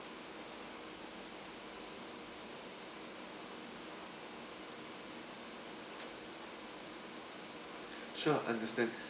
sure understand